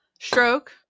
Stroke